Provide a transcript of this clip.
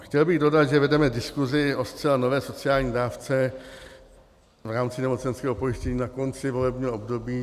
Chtěl bych dodat, že vedeme diskusi o zcela nové sociální dávce v rámci nemocenského pojištění na konci volebního období.